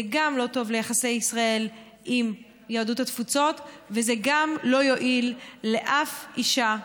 זה גם לא טוב ליחסי ישראל עם יהדות התפוצות וזה גם לא יועיל לאף אישה,